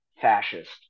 fascist